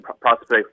prospect